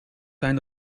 zijn